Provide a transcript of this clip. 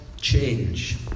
change